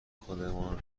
خودمان